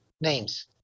names